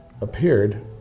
appeared